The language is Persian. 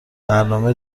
برنامه